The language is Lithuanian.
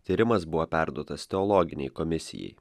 tyrimas buvo perduotas teologinei komisijai